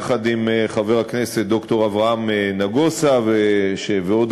יחד עם חבר הכנסת ד"ר אברהם נגוסה ועוד